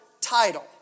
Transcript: title